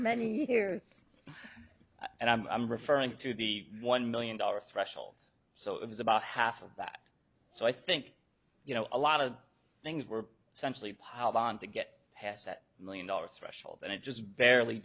many years and i'm referring to the one million dollars threshold so it was about half of that so i think you know a lot of things were essentially pabon to get past that million dollars threshold and i just barely